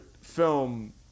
film